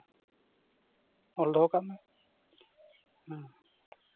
ᱚᱞ ᱫᱚᱦᱚ ᱠᱟᱜ ᱢᱮ ᱦᱩᱸ